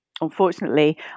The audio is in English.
unfortunately